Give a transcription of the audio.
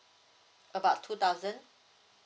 about two thousand